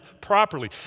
properly